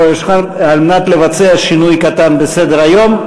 על מנת לבצע שינוי קטן בסדר-היום.